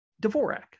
dvorak